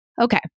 Okay